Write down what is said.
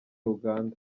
uganda